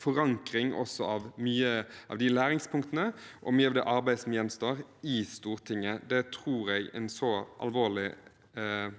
forankring også av mange av de læringspunktene og mye av det arbeidet som gjenstår i Stortinget. Det tror jeg en så alvorlig